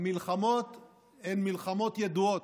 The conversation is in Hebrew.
המלחמות הן מלחמות ידועות.